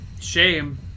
Shame